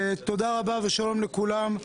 תודה רבה ושלום לכולם.